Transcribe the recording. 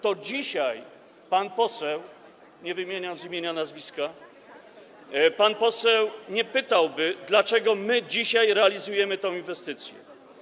to dzisiaj pan poseł, nie wymieniam z imienia i nazwiska, nie pytałby, dlaczego my dzisiaj realizujemy tę inwestycję.